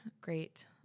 great